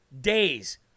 days